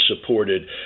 supported